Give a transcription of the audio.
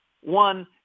one